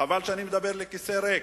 חבל שאני מדבר לכיסא ריק,